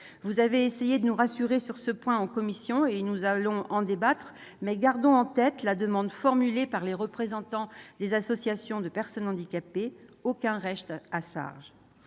Vous avez essayé de nous rassurer sur ce point en commission, et nous allons en débattre, mais gardons en tête la demande formulée par les représentants des associations de personnes handicapées : aucun reste à charge